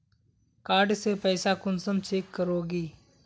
Card से पैसा कुंसम चेक करोगी?